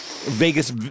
Vegas